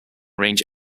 range